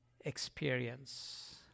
experience